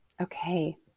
Okay